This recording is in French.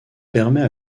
permet